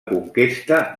conquesta